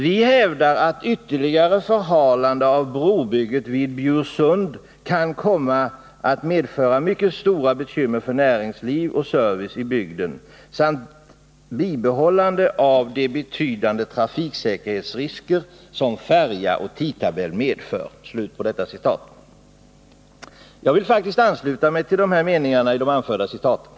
—-—-—- Vi hävdar att ytterligare förhalande av brobygget vid Bjursund kan komma att medföra mycket stora bekymmer för näringsliv och service i bygden samt bibehålla de betydande trafiksäkerhetsrisker, som färja och tidtabell medför.” Jag vill ansluta mig till meningarna i de här anförda citaten.